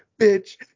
bitch